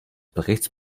berichts